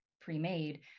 pre-made